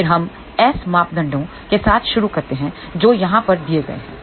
फिर हम एस मापदंडों के साथ शुरू करते हैं जो यहां पर दिए गए हैं